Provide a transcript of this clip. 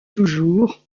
toujours